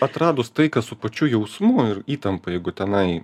atradus taiką su pačiu jausmu ir įtampa jeigu tenai